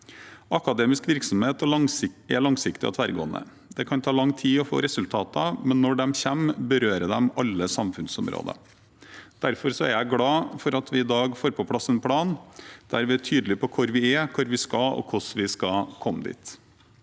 Akademisk virksomhet er langsiktig og tverrgående. Det kan ta lang tid å få resultater, men når de kommer, berører de alle samfunnsområder. Derfor er jeg glad for at vi i dag får på plass en plan der vi er tydelige på hvor vi er, hvor vi skal, og hvordan vi skal komme dit.